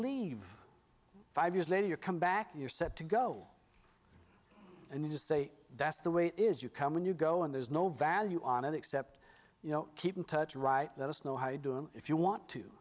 leave five years later you come back you're set to go and you just say that's the way it is you come when you go and there's no value on it except you know keep in touch right there is no high doom if you want to